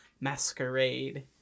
masquerade